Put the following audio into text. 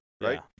right